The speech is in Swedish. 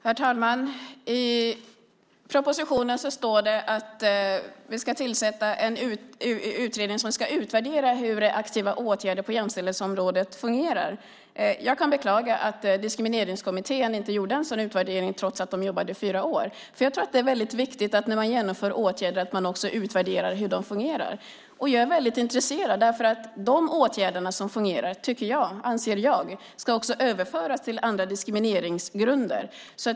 Herr talman! I propositionen står det att vi ska tillsätta en utredning som ska utvärdera hur aktiva åtgärder på jämställdhetsområdet fungerar. Jag kan beklaga att Diskrimineringskommittén inte gjorde en sådan utvärdering trots att den jobbade i fyra år. Jag tror att det är viktigt att man också utvärderar hur de åtgärder man genomför fungerar. De åtgärder som fungerar anser jag ska överföras också till andra diskrimineringsgrunder.